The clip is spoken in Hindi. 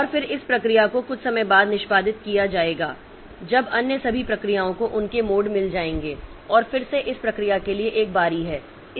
और फिर इस प्रक्रिया को कुछ समय बाद निष्पादित किया जाएगा जब अन्य सभी प्रक्रियाओं को उनके मोड़ मिल जाएंगे और फिर से इस प्रक्रिया के लिए एक बारी है